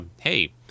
hey